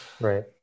right